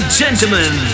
gentlemen